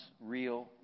real